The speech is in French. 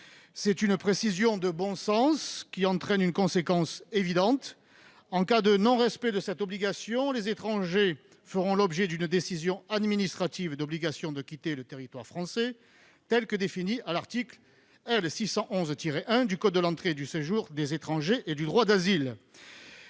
Cette précision de bon sens entraîne une conséquence évidente : en cas de non-respect de cette obligation, les étrangers feront l'objet d'une décision administrative d'obligation de quitter le territoire français, telle que la définit l'article L. 611-1 du code de l'entrée et du séjour des étrangers et du droit d'asile.